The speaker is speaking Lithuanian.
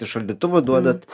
iš šaldytuvo duodat